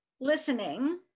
listening